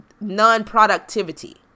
non-productivity